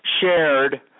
shared